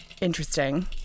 interesting